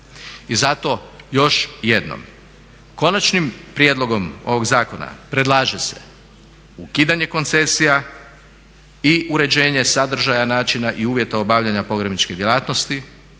I zato još jednom konačnim prijedlogom ovog zakona predlaže se ukidanje koncesija i uređenje sadržaja, načina i uvjeta obavljanja pogrebničke djelatnosti,